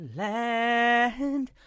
land